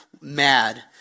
mad